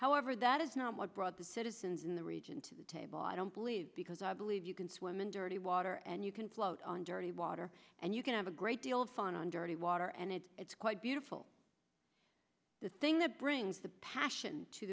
however that is not what brought the citizens in the region to the table i don't believe because i believe you can swim in dirty water and you can float on dirty water and you can have a great deal of fun on dirty water and it's it's quite beautiful the thing that brings the passion to